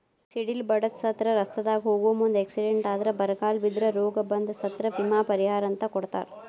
ಸಿಡಿಲ ಬಡದ ಸತ್ರ ರಸ್ತಾದಾಗ ಹೋಗು ಮುಂದ ಎಕ್ಸಿಡೆಂಟ್ ಆದ್ರ ಬರಗಾಲ ಬಿದ್ರ ರೋಗ ಬಂದ್ರ ಸತ್ರ ವಿಮಾ ಪರಿಹಾರ ಅಂತ ಕೊಡತಾರ